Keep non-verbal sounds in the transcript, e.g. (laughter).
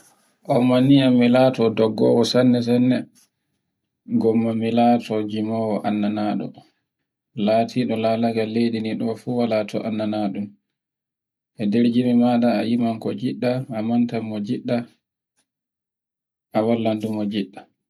Gomma ni to mi laato doggoowo sanne-sanne, gomma mi laato gimowo annanado, latiɗo lalagal leydi ndi fu wala to annana ɗun. (noise) E nder gime meda a yima ko ngiɗɗa, a monta mo njiɗɗa a wallando ne ngiɗɗa.